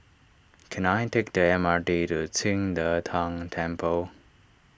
can I take the M R T to Qing De Tang Temple